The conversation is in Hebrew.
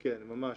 כן, ממש.